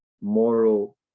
moral